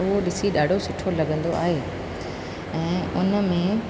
उहो ॾिसी ॾाढो सुठो लॻंदो आहे ऐं उन में